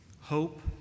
hope